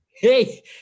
Hey